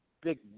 big